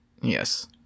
Yes